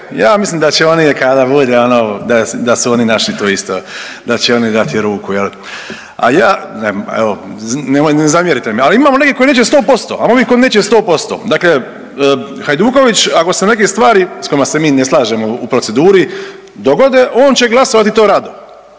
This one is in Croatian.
ja mislim da će oni kada bude da su oni naši tu isto, da će oni dati ruku jel, a ja evo, nemoj, ne zamjerite mi, ali imamo neke koji neće 100%, a imamo onih koji neće 100%, dakle Hajduković ako se neke stvari s kojima se mi ne slažemo u proceduri dogode, on će glasovati to rado